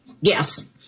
Yes